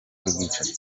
cy’ubwicanyi